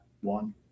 One